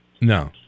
No